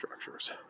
structures